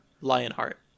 Lionheart